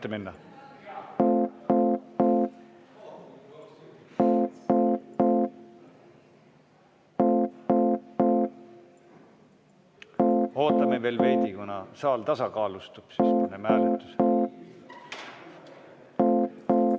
ootame veel veidi, kuni saal tasakaalustub, siis paneme